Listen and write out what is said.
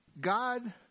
God